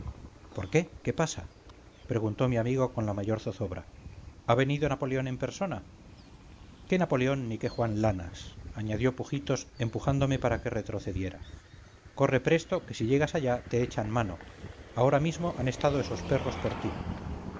por qué qué pasa preguntó mi amigo con la mayor zozobra ha venido napoleón en persona qué napoleón ni qué juan lanas añadió pujitos empujándome para que retrocediera corre presto que si llegas allá te echan mano ahora mismo han estado esos perros por ti